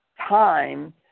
time